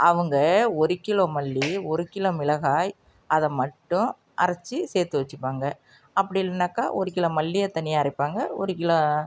அவங்க ஒரு கிலோ மல்லி ஒரு கிலோ மிளகாய் அதை மட்டும் அரைச்சு சேர்த்து வச்சுப்பாங்க அப்படி இல்லைன்னாக்கா ஒரு கிலோ மல்லியை தனியாக அரைப்பாங்க ஒரு